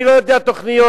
אני לא יודע תוכניות,